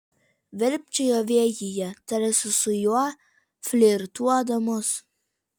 virpčiojo vėjyje tarsi su juo flirtuodamos